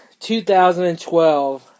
2012